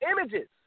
images